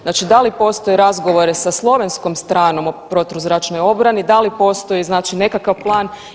Znači da li postoje razgovore sa slovenskom stranom o protuzračnoj obrani, da li postoji nekakav plan?